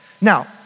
Now